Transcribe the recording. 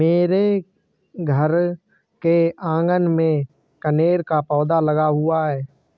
मेरे घर के आँगन में कनेर का पौधा लगा हुआ है